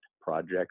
project